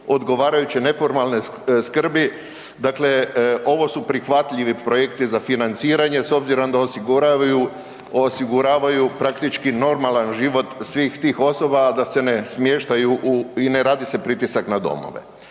odgovarajuće neformalne skrbi dakle ovo su prihvatljivi projekti za financiranje s obzirom da osiguravaju praktički normalan život svih tih osoba, a da se ne smještaju u, i ne radi se pritisak na domove.